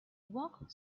walked